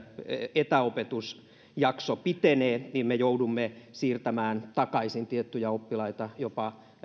etäopetusjakso pitenee että me joudumme siirtämään tiettyjä oppilaita takaisin jopa